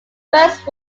first